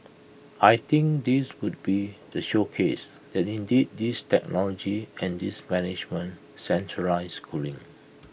I think this would be the showcase that indeed this technology and this management centralised cooling